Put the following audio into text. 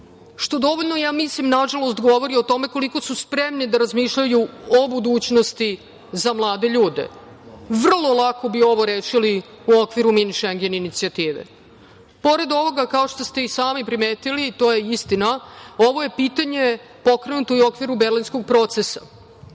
što dovoljno, ja mislim, nažalost govori o tome koliko su spremni da razmišljaju o budućnosti za mlade ljude. Vrlo lako bi ovo rešili u okviru Mini Šengen inicijative. Pored ovoga, kao što ste i sami primetili, to je istina, ovo je pitanje pokrenuto i u okviru Berlinskog procesa.